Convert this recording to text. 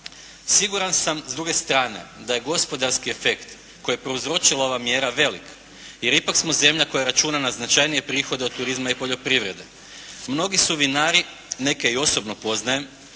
Siguran sam s druge strane da je gospodarski efekt koji je prouzročila ova mjera velik, jer ipak smo zemlja koja računa na značajnije prihode od turizma i poljoprivrede. Mnogi su vinari neke i osobno poznajem,